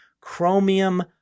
chromium